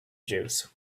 juice